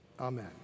Amen